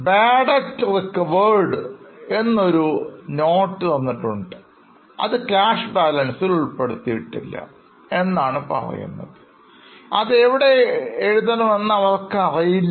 Bad debt recovered നെ പറ്റി ഒരു നോട്ട് തന്നിട്ടുണ്ട് അത് ക്യാഷ് ബാലൻസിൽ ഉൾപ്പെടുത്തിയിട്ടില്ല എന്നാണ് പറയുന്നത് അത് എവിടെ എഴുതണമെന്ന് അവർക്കറിയില്ല